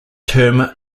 term